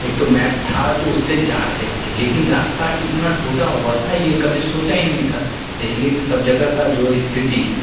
एक तो मैप था तो उससे जा रहे थे लेकिन रास्ता इतना टूटा हुआ था यह कभी सोचा ही नहीं था इसलिए कि सब जगह की जो इस्थिति है